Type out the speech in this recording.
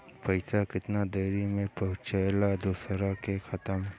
पैसा कितना देरी मे पहुंचयला दोसरा के खाता मे?